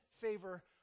favor